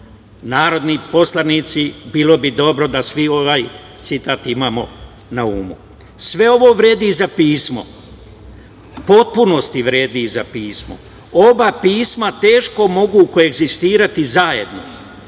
narodni poslanici, bilo bi dobro da svi ovaj citat imamo na umu. Sve ovo vredi za pismo, u potpunosti vredi za pismo. Oba pisma teško mogu koegzistirati zajedno